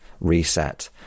reset